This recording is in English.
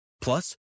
Plus